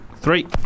three